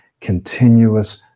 continuous